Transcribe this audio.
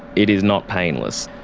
it is not painless.